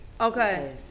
Okay